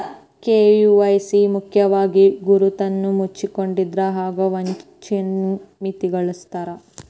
KYC ಮುಖ್ಯವಾಗಿ ಗುರುತನ್ನ ಮುಚ್ಚಿಡೊದ್ರಿಂದ ಆಗೊ ವಂಚನಿ ಮಿತಿಗೊಳಿಸ್ತದ